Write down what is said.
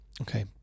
Okay